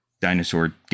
dinosaur